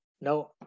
no